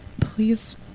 please